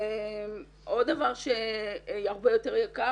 עוד דבר שהוא הרבה יותר יקר.